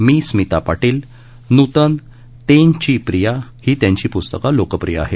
मी स्मिता पाटील नूतन तेंची प्रिया ही त्यांची पुस्तकं लोकप्रिय आहेत